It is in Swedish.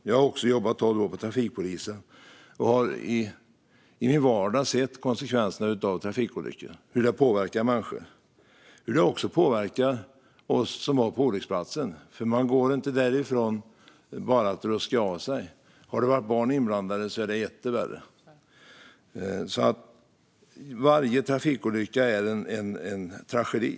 Jag har också jobbat tolv år på trafikpolisen och har i min vardag sett konsekvenserna av trafikolyckor och hur de påverkar människor, också oss som är på olycksplatsen. Man kan inte gå därifrån och bara ruska av sig, och om det varit barn inblandade är det etter värre. Varje trafikolycka är en tragedi.